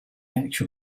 actual